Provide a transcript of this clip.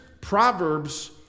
Proverbs